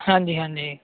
ਹਾਂਜੀ ਹਾਂਜੀ